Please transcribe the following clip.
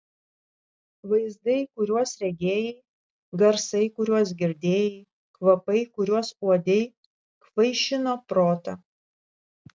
vaizdai kuriuos regėjai garsai kuriuos girdėjai kvapai kuriuos uodei kvaišino protą